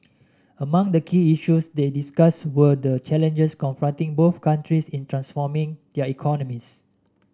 among the key issues they discussed were the challenges confronting both countries in transforming their economies